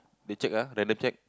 they checked ah random check